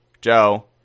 Joe